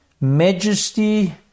majesty